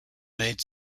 made